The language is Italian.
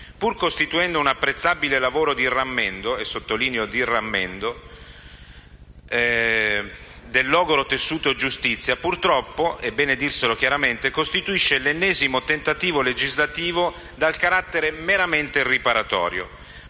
pur costituendo un apprezzabile lavoro di rammendo - e sottolineo di rammendo - del logoro tessuto giustizia, purtroppo - è bene dirselo chiaramente - costituisce l'ennesimo tentativo legislativo dal carattere meramente riparatorio,